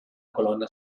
colonna